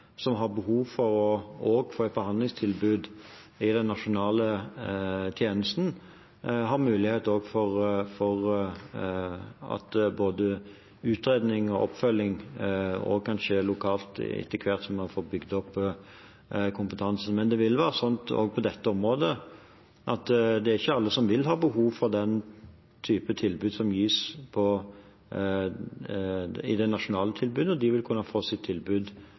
som har behov for å få et behandlingstilbud i den nasjonale tjenesten, har mulighet for at både utredning og oppfølging kan skje lokalt etter hvert som vi får bygget opp den kompetansen. Men heller ikke på dette området er det alle som vil ha behov for den typen tilbud som gis i det nasjonale tilbudet. De vil kunne få et tilbud